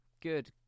Good